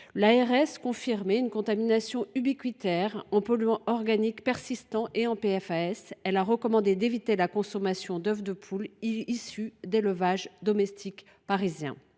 Elle confirmait une contamination ubiquitaire en polluants organiques persistants (POP) et en PFAS et recommandait d’éviter la consommation d’œufs de poule issus d’élevages domestiques parisiens.